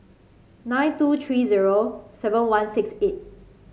nine two three zero seven one six eight